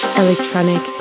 electronic